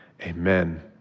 amen